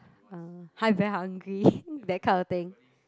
uh I very hungry that kind of thing